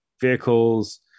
vehicles